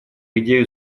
идею